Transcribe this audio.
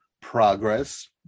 progress